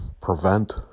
prevent